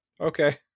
Okay